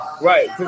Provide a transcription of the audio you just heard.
Right